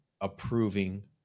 approving